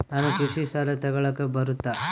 ನಾನು ಕೃಷಿ ಸಾಲ ತಗಳಕ ಬರುತ್ತಾ?